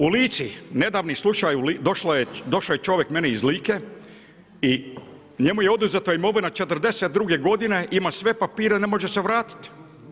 U Lici, nedavni slučaj došao je čovjek meni iz Like i njemu je oduzeta imovina '42. godine, ima sve papire ne može se vratiti.